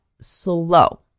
slow